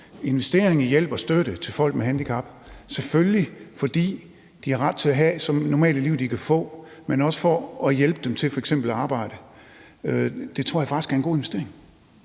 investering i hjælp og støtte til folk med handicap vil jeg sige selvfølgelig, for de har ret til at have så normalt et liv, de kan få, men også for at hjælpe dem til f.eks. at arbejde. Det tror jeg faktisk er en god investering.